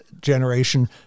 generation